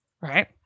right